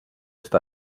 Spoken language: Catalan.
est